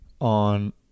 on